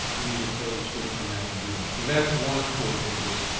we need to throw the switch on that in june. so that's one portion of this.